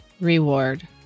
reward